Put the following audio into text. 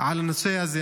על הנושא הזה.